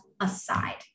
aside